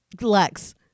lex